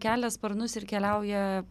kelia sparnus ir keliauja